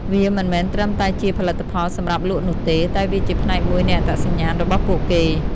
វាមិនមែនត្រឹមតែជាផលិតផលសម្រាប់លក់នោះទេ តែវាជាផ្នែកមួយនៃអត្តសញ្ញាណរបស់ពួកគេ។